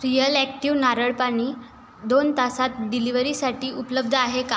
real active नारळ पाणी दोन तासात डिलिव्हरीसाठी उपलब्ध आहे का